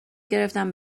گرفتم